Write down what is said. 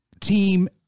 team